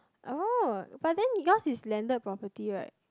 oh but then your got is landed property right